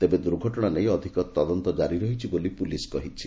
ତେବେ ଦୁର୍ଘଟଶା ନେଇ ଅଧିକ ତଦନ୍ତ ଜାରି ରହିଛି ବୋଲି ପୁଲିସ କହିଛି